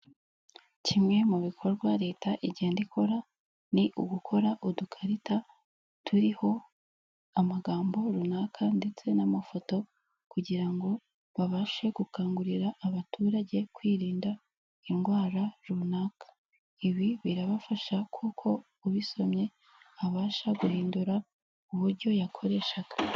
Kimwe mu bikorwa Leta igenda ikora ni ugukora udukarita turiho amagambo runaka ndetse n'amafoto kugira ngo babashe gukangurira abaturage kwirinda indwara runaka. Ibi birabafasha kuko ubisomye abasha guhindura uburyo yakoreshaga.